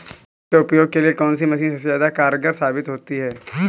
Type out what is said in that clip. किसान के उपयोग के लिए कौन सी मशीन सबसे ज्यादा कारगर साबित होती है?